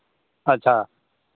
अच्छा